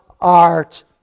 art